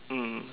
mm